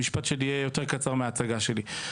המשפט שלי יהיה יותר קצר מההצגה שלי.